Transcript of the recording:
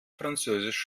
französisch